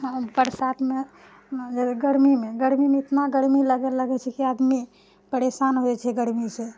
हाँ बरसातमे गर्मीमे गर्मीमे इतना गर्मी लगऽ लागै छै कि आदमी परेशान होइ छै गर्मीसँ